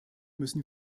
müssen